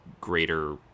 greater